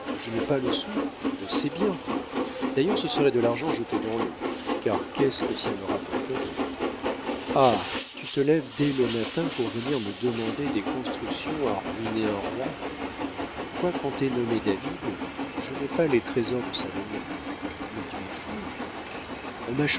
je n'ai pas le sou tu le sais bien d'ailleurs ce serait de l'argent jeté dans l'eau car qu'est-ce que ça me rapporterait ah tu te lèves dès le matin pour venir me demander des constructions à ruiner un roi quoiqu'on t'ait nommé david je n'ai pas les trésors de salomon mais tu es fou